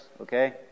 okay